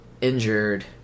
injured